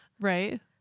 Right